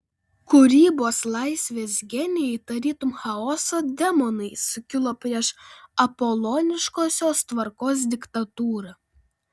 kūrybos laisvės genijai tarytum chaoso demonai sukilo prieš apoloniškosios tvarkos diktatūrą